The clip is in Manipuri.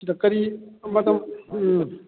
ꯑꯗ ꯀꯔꯤ ꯃꯇꯝ ꯎꯝ